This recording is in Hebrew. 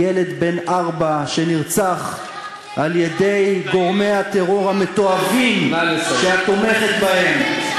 ילד בן ארבע שנרצח על-ידי גורמי הטרור המתועבים שאת תומכת בהם,